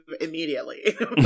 immediately